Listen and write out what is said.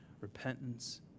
repentance